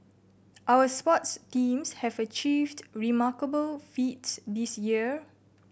our sports teams have achieved remarkable feats this year